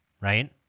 right